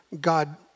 God